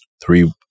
three